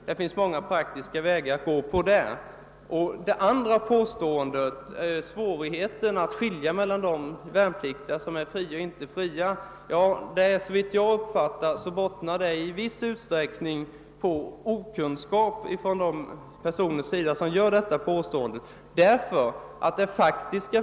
Där finns det många praktiska vägar att gå fram på. Vad svårigheten att skilja mellan tjänstgöringsfria och icke tjänstgöringsfria värnpliktiga beträffar bottnar resonemanget i viss utsträckning i okunnighet hos talarna.